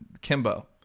kimbo